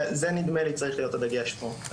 זה נדמה לי צריך להיות הדגש פה.